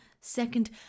Second